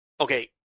Okay